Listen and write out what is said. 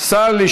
מי נגד?